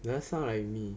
doesn't sound like me